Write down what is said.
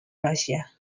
russia